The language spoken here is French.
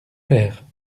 père